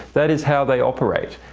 that is how they operate.